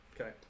Okay